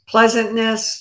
pleasantness